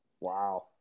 Wow